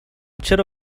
چرا